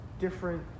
different